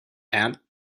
and